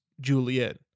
Juliet